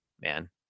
man